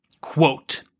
Quote